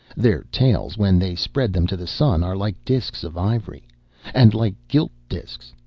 their tails when they spread them to the sun are like disks of ivory and like gilt disks.